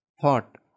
thought